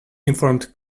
informed